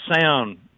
sound